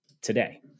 today